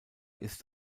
ist